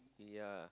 yeah